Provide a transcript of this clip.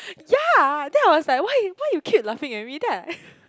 yea then I was like why you why you keep laughing at me then I